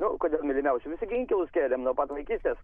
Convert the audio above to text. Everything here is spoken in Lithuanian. nu kodėl mylimiausių visi gi inkilus kėlėm nuo pat vaikystės